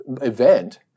event